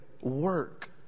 work